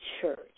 church